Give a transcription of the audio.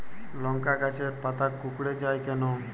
লংকা গাছের পাতা কুকড়ে যায় কেনো?